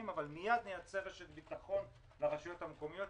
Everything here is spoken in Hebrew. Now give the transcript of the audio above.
אבל מיד נייצר רשת ביטחון לרשויות המקומיות,